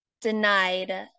denied